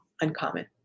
uncommon